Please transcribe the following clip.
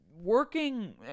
Working